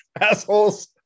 assholes